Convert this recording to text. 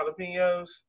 jalapenos